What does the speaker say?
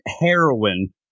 heroin